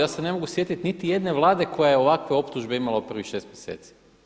Ja se ne mogu sjetiti niti jedne Vlade koja je ovakve optužbe imala u prvih 6 mjeseci.